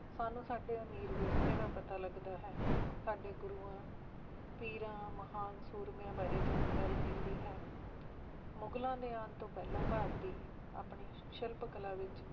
ਸਾਨੂੰ ਸਾਡੇ ਅਮੀਰ ਵਿਰਸੇ ਦਾ ਪਤਾ ਲੱਗਦਾ ਹੈ ਸਾਡੇ ਗੁਰੂਆਂ ਪੀਰਾਂ ਮਹਾਨ ਸੂਰਮਿਆਂ ਬਾਰੇ ਜਾਣਕਾਰੀ ਮਿਲਦੀ ਹੈ ਮੁਗਲਾਂ ਦੇ ਆਉਣ ਤੋਂ ਪਹਿਲਾਂ ਭਾਰਤੀ ਆਪਣੀ ਸ਼ਿਲਪ ਕਲਾ ਵਿੱਚ